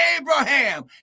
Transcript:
Abraham